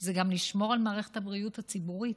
זה גם לשמור על מערכת הבריאות הציבורית.